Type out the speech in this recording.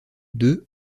deux